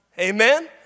Amen